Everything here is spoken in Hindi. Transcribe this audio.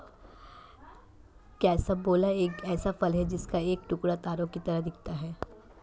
कैरम्बोला एक ऐसा फल है जिसका एक टुकड़ा तारों की तरह दिखता है